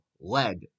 lead